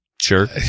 Sure